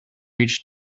each